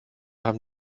haben